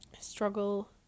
struggle